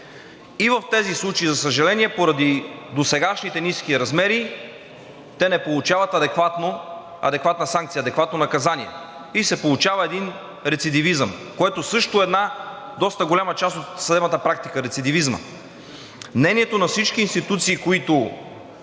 В тези случаи, за съжаление, поради досегашните ниски размери те не получават адекватна санкция, адекватно наказание и се получава един рецидивизъм, което също е една доста голяма част от съдебната практика – рецидивизмът. Мнението на всички институции, които